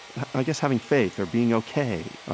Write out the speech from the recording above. i guess having faith or being ok, um,